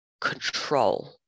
control